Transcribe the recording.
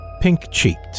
Pink-cheeked